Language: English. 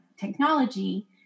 technology